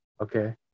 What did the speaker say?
okay